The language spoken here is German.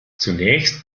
zunächst